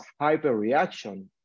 hyperreaction